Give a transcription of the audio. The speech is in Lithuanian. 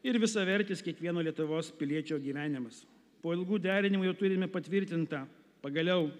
ir visavertis kiekvieno lietuvos piliečio gyvenimas po ilgų derinimų jau turime patvirtintą pagaliau